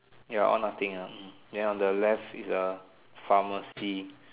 ya all nothing ah hmm then on the left is a pharmacy